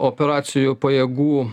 operacijų pajėgų